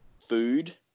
food